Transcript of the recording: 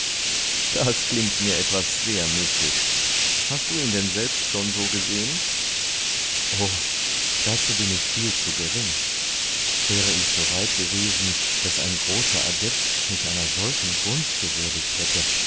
das klingt mir etwas sehr mystisch hast du ihn denn selbst schon so gesehen o dazu bin ich viel zu gering wäre ich so weit gewesen daß ein großer adept mich einer solchen gunst gewürdigt hätte